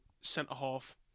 centre-half